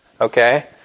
okay